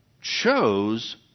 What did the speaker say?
chose